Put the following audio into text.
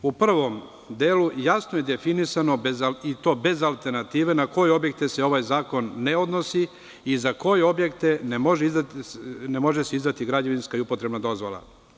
U prvom delu jasno je definisano i to bez alternative na koje objekte se ovaj zakon ne odnosi i za koje se objekte ne može izdati građevinska i upotrebna dozvola.